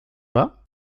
pas